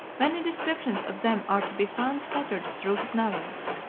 many descriptions of them are to be found scattered through his novels.